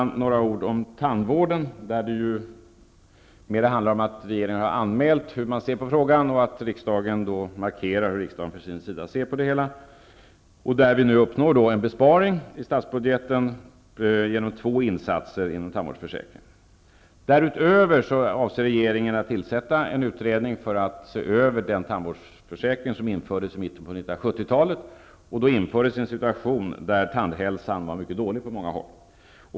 Till sist några ord om tandvården där det mera handlar om att regeringen har anmält hur den ser på frågan och att riksdagen markerar hur den ser på det hela. Vi uppnår nu en besparing i statsbudgeten genom två insatser inom tandvårdsförsäkringen. Därutöver avser regeringen att tillsätta en utredning för att se över den tandvårdsförsäkring som infördes i mitten av 1970-talet. Då var tandhälsan mycket dålig på många håll.